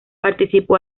participó